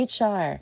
HR